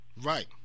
right